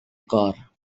cor